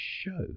show